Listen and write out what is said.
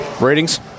ratings